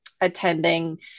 attending